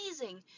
amazing